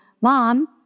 Mom